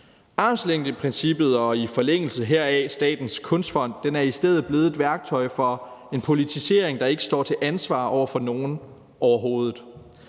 Armslængdeprincippet og i forlængelse heraf Statens Kunstfond er i stedet blevet et værktøj for en politisering, der ikke står til ansvar over for nogen overhovedet.